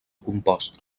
compost